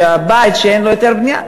שבית שאין לו היתר בנייה,